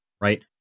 right